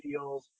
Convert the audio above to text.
videos